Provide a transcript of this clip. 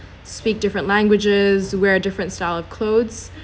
speak different languages wear different style of clothes